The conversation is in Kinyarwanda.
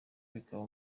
bikaba